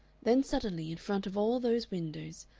then suddenly, in front of all those windows,